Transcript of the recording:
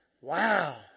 Wow